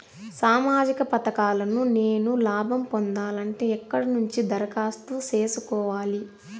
సామాజిక పథకాలను నేను లాభం పొందాలంటే ఎక్కడ నుంచి దరఖాస్తు సేసుకోవాలి?